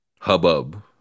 hubbub